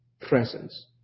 presence